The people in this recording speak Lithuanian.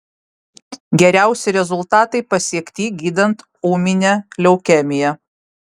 geriausi rezultatai pasiekti gydant ūminę leukemiją